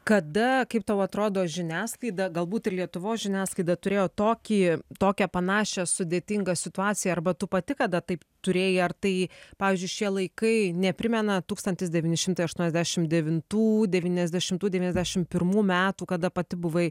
kada kaip tau atrodo žiniasklaida galbūt ir lietuvos žiniasklaida turėjo tokį tokią panašią sudėtingą situaciją arba tu pati kada taip turėjai ar tai pavyzdžiui šie laikai neprimena tūkstantis devyni šimtai aštuoniasdešim devintų devyniasdešimtų devyniasdešim pirmų metų kada pati buvai